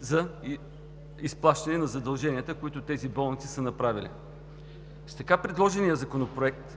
за изплащане на задълженията, които тези болници са направили. С така предложения Законопроект